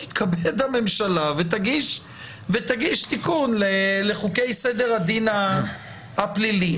תתכבד הממשלה ותגיש תיקון לחוקי סדר הדין הפלילי.